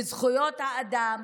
זכויות האדם,